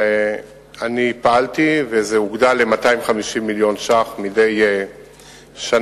אני פעלתי וזה הוגדל ל-250 מיליון ש"ח מדי שנה,